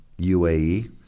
UAE